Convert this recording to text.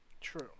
True